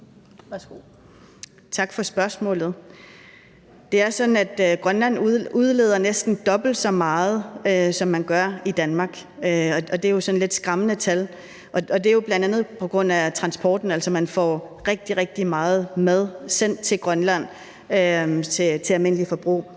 Det er sådan, at Grønland næsten udleder dobbelt så meget, som man gør i Danmark. Det er jo sådan lidt skræmmende tal. Det er jo bl.a. på grund af transporten. Altså, man får rigtig, rigtig meget mad sendt til Grønland til almindeligt forbrug.